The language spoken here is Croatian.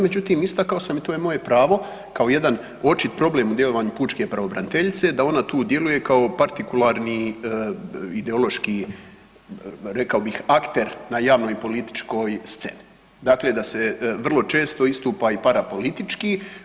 Međutim, istakao sam i to je moje pravo kao jedan očit problem u djelovanju pučke pravobraniteljice da ona tu djeluje kao partikularni ideološki, rekao bih, akter na javnoj i političkoj sceni, dakle da se vrlo često istupa i para politički.